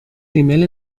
ریمیل